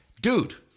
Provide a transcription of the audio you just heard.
dude